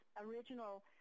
original